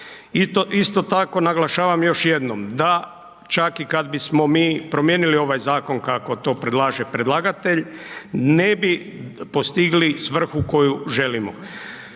Isto tako naglašavam još jednom, da čak i kad bismo mi promijenili ovaj zakon kako to predlaže predlagatelj, ne bi postigli svrhu koju želimo,